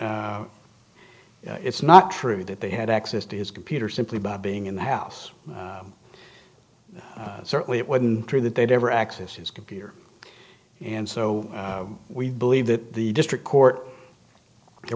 it's not true that they had access to his computer simply by being in the house certainly it wouldn't true that they'd ever access his computer and so we believe that the district court there